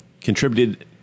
Contributed